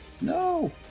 No